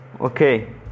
Okay